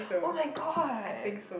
!oh-my-god!